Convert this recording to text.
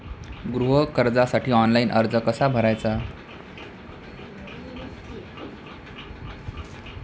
गृह कर्जासाठी ऑनलाइन अर्ज कसा भरायचा?